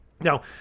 Now